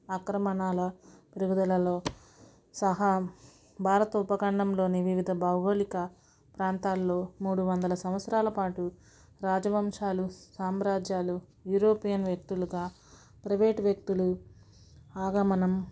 అక్రమణాల పెరుగుదలలో సహ భారతం ఉపకాండంలోని వివిధ భౌగోళిక ప్రాంతాల్లో మూడు వందలు సంవత్సరాల పాటు రాజవంశాలు సామ్రాజ్యాలు యూరోపియన్ వ్యక్తులుగా ప్రవేట్ వ్యక్తులు ఆగమనం